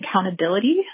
accountability